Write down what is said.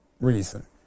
reason